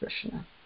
Krishna